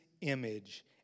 image